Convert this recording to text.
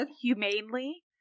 humanely